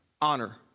honor